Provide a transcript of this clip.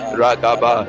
ragaba